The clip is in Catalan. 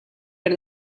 per